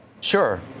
Sure